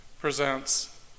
presents